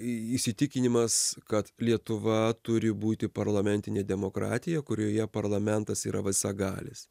įsitikinimas kad lietuva turi būti parlamentinė demokratija kurioje parlamentas yra visagalis